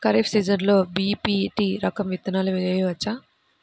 ఖరీఫ్ సీజన్లో బి.పీ.టీ రకం విత్తనాలు వేయవచ్చా?